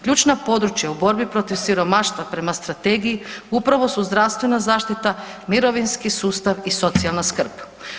Ključna područja u borbi protiv siromaštva prema strategiji upravo su zdravstvena zaštita, mirovinski sustav i socijalna skrb.